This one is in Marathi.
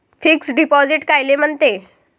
फिक्स डिपॉझिट कायले म्हनते?